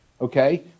Okay